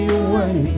away